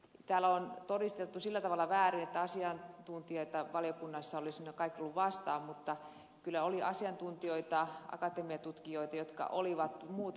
täällä on todisteltu sillä tavalla väärin että asiantuntijat valiokunnassa olisivat kaikki olleet vastaan mutta kyllä oli asiantuntijoita akatemian tutkijoita jotka olivat muuta mieltä